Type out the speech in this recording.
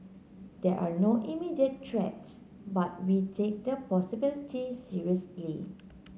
there are no immediate threats but we take the possibility seriously